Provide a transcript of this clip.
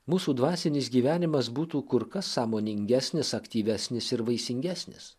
mūsų dvasinis gyvenimas būtų kur kas sąmoningesnis aktyvesnis ir vaisingesnis